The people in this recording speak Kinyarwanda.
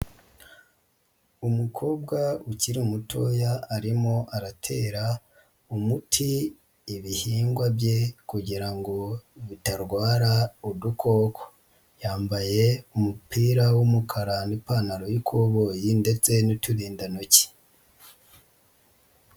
Umukobwa ukiri mutoya arimo aratera umuti ibihingwa bye kugira bitarwara udukoko. Yambaye umupira w'umukara n'ipantaro y'ikoboyi ndetse n'uturindantoki.